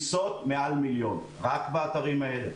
יש מעל מיליון כניסות רק באתרים האלה.